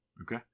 Okay